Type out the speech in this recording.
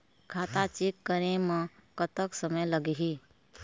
खाता चेक करे म कतक समय लगही?